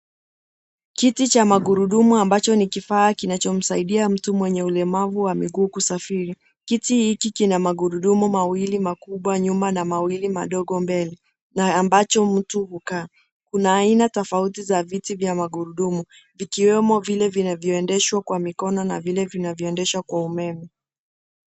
Kiti cha magurudumu ambacho ni kifaa kinachomsaidia mtu mwenye ulemavu wa miguu kusafiri. Kiti hiki kina magurudumu mawili makubwa nyuma, na mawili madogo mbele, na ambacho mtu hukaa. Kuna aina tofauti ya viti vya magurudumu, vikiwemo vile vinavyoendeshwa kwa mikono, na vile vinavyoendeshwa kwa umeme kwa umeme.